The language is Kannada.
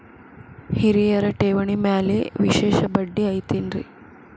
ಹಿರಿಯರ ಠೇವಣಿ ಮ್ಯಾಲೆ ವಿಶೇಷ ಬಡ್ಡಿ ಐತೇನ್ರಿ?